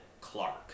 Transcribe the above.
Clark